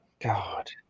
God